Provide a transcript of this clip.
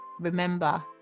remember